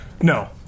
No